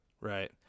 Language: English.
Right